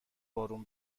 بارون